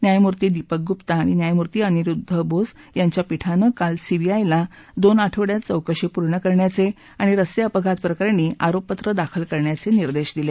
न्यायमूर्ति दीपक गुप्ता आणि न्यायमूर्ति अनिरुद्ध बोस यांच्या पीठाने काल सीबीआयला दोन आठवड्यात चौकशी पूर्ण करण्याचे आणि रस्ते अपघात प्रकरणी आरोपपत्र दाखल करण्याचे निर्देश दिले